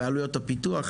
בעלויות הפיתוח.